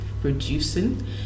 producing